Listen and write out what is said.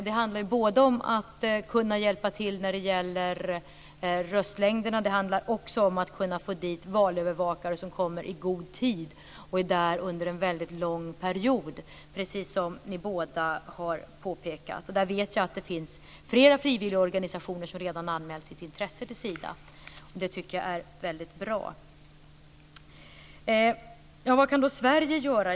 Det handlar både om att kunna hjälpa till när det gäller röstlängderna och om att kunna få dit valövervakare som kommer i god tid och är där under en mycket lång period, precis som ni båda har påpekat. Jag vet att det finns flera frivilliga organisationer som redan har anmält sitt intresse till Sida, och det är väldigt bra. Vad kan då Sverige göra?